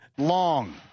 Long